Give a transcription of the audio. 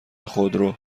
خودرو